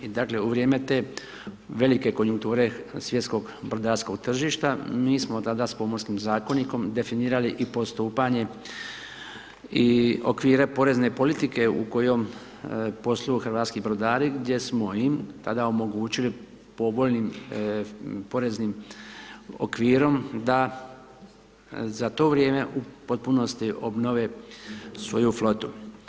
I dakle u vrijeme te velike konjunkture svjetskog brodarskog tržišta, mi smo tada s Pomorskim zakonikom definirali i postupanje i okvire porezne politike u kojom posluju hrvatski brodari gdje smo im tada omogućili povoljnim poreznim okvirom da za to vrijeme u potpunosti obnove svoju flotu.